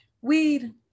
weed